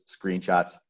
screenshots